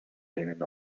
tienen